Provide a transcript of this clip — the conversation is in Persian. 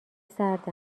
سرد